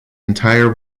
entire